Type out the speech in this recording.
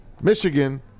Michigan